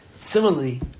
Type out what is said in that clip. Similarly